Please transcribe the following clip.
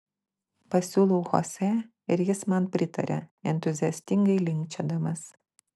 pasiūlau chosė ir jis man pritaria entuziastingai linkčiodamas